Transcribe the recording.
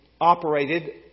operated